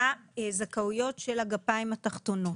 לזכאויות של הגפיים התחתונות.